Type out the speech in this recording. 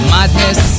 Madness